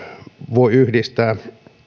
voi yhdistää